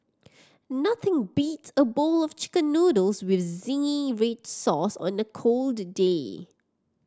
nothing beats a bowl of Chicken Noodles with zingy red sauce on a cold day